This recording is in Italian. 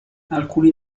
alcuni